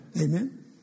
Amen